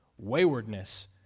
waywardness